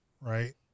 right